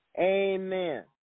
Amen